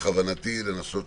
באנשים שנופלים בין הכיסאות.